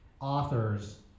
authors